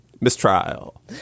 Mistrial